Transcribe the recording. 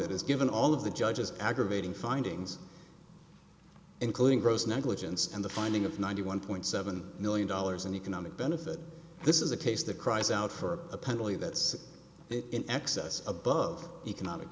it is given all of the judge's aggravating findings including gross negligence and the finding of ninety one point seven million dollars in economic benefit this is a case the cries out for a penalty that's in excess above economic